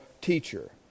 teacher